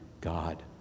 God